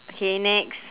okay next